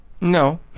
No